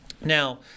Now